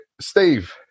Steve